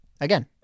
again